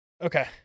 okay